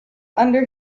under